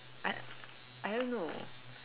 I I don't know